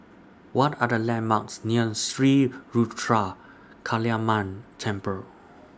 What Are The landmarks near Sri Ruthra Kaliamman Temple